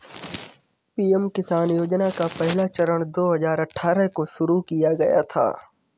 PM Kisan योजना का पहला चरण दो हज़ार अठ्ठारह को शुरू किया गया था